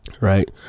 right